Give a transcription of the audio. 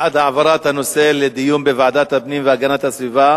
ההצעה להעביר את הנושא לוועדת הפנים והגנת הסביבה